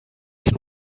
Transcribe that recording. can